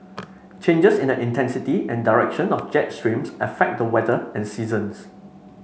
changes in the intensity and direction of jet streams affect the weather and seasons